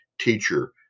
teacher